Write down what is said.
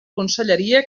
conselleria